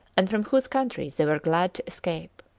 and from whose country they were glad to escape.